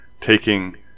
taking